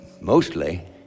mostly